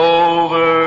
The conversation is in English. over